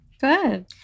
Good